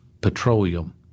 petroleum